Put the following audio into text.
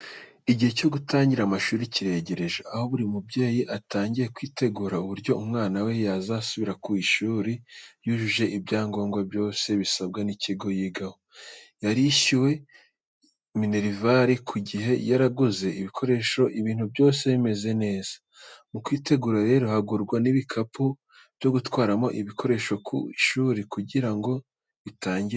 Igihe cyo gutangira amashuri kiregereje, aho buri mubyeyi atangiye kwitegura uburyo umwana we yazasubira ku ishuri yujuje ibyangombwa byose bisabwa n'ikigo yigaho, yarishyuye minerivare ku gihe, yaraguze ibikoresho ibintu byose bimeze neza. Mu kwitegura rero hagurwa n'ibikapu byo gutwaramo ibikoresho ku ishuri kugira ngo bitangirika.